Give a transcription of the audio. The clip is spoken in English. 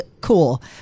cool